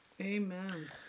Amen